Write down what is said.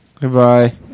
Goodbye